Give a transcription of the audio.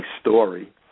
story